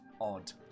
odd